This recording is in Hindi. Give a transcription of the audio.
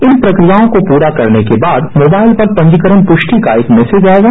इन प्रक्रियों को पूरा करने के बाद मोबाइल पर पंजीकरण प्रष्टि का एक मैसेज आयेगा